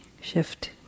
shift